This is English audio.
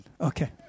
Okay